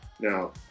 Now